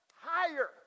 higher